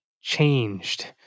changed